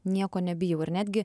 nieko nebijau ir netgi